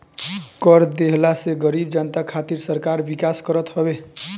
कर देहला से गरीब जनता खातिर सरकार विकास करत हवे